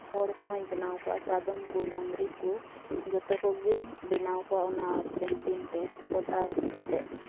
ᱦᱚᱲ ᱠᱚᱦᱚᱧ ᱵᱮᱱᱟᱣ ᱠᱚᱣᱟ ᱥᱟᱫᱚᱢ ᱠᱚ ᱰᱟᱝᱨᱤ ᱠᱚ ᱡᱚᱛᱚ ᱠᱚᱜᱮᱧ ᱵᱮᱱᱟᱣ ᱠᱚᱣᱟ ᱚᱱᱟ ᱛᱮ ᱯᱚᱛᱟᱣ ᱠᱟᱛᱮᱫ